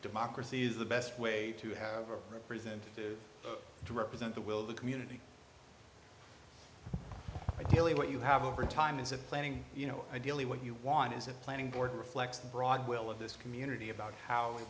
democracy is the best way to have a representative to represent the will of the community ideally what you have over time is a planning you know ideally what you want is a planning board reflects the broad will of this community about how